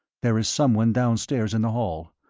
there is someone downstairs in the hall.